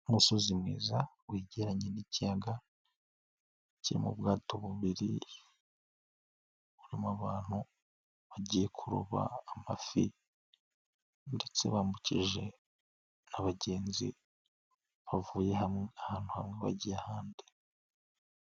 Umusozi mwiza wegeranye n'ikiyaga kiri mu bwato bubiri kirimo abantu bagiye kuroba amafi, ndetse bambukije n'abagenzi bavuye hamwe ahantu hamwe bagiye ahandi.